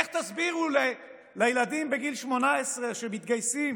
איך תסבירו לילדים בגיל 18 שמתגייסים